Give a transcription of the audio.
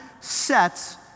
sets